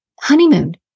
honeymoon